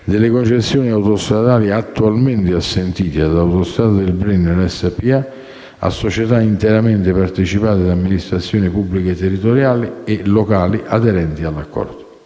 delle concessioni autostradali attualmente assentite ad Autostrada del Brennero SpA a società interamente partecipate da amministrazioni pubbliche territoriali e locali aderenti all'accordo.